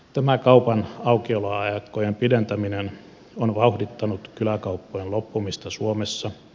tämä kaupan aukioloaikojen pidentäminen on vauhdittanut kyläkauppojen loppumista suomessa